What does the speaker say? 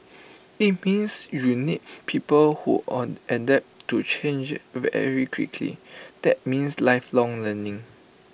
IT means you need people who on adapt to change very quickly that means lifelong learning